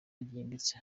ryimbitse